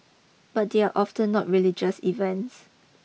but they are often not religious events